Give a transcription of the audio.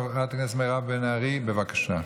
חברת הכנסת מירב בן ארי, בבקשה.